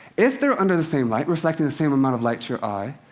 if they're under the same light reflecting the same amount of light to your eye,